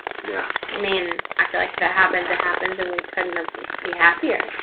yeah. i mean i feel like if it happens, it happens and we couldn't be happier.